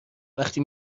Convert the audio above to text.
وقتی